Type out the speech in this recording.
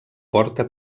porta